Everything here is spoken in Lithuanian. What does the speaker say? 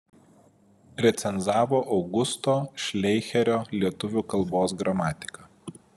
recenzavo augusto šleicherio lietuvių kalbos gramatiką